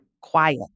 quiet